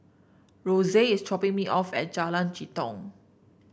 Roxane is dropping me off at Jalan Jitong